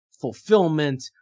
fulfillment